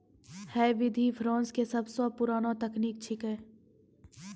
है विधि फ्रांस के सबसो पुरानो तकनीक छेकै